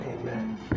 Amen